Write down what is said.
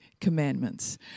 commandments